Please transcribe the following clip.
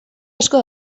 asko